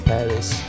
Paris